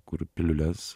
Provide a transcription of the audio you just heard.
kur piliules